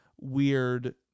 weird